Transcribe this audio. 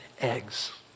eggs